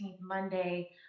Monday